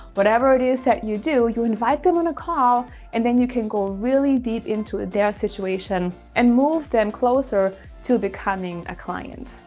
whatever it is that you do, you invite them on a call and then you can go really deep into their situation and move them closer to becoming a client.